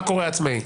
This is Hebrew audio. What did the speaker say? רק הורה עצמאי.